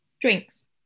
drinks